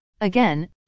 Again